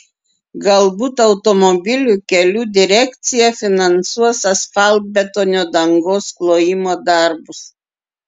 galbūt automobilių kelių direkcija finansuos asfaltbetonio dangos klojimo darbus